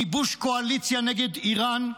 גיבוש קואליציה נגד איראן,